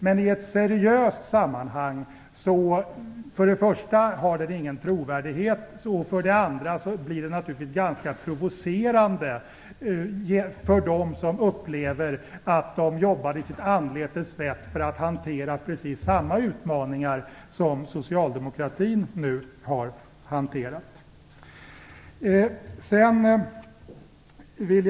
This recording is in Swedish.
Men i ett seriöst sammanhang har den ingen trovärdighet. Dessutom blir den ganska provocerande för dem som upplever att de jobbar i sitt anletes svett för att hantera precis samma utmaningar som socialdemokratin nu har hanterat.